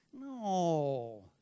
No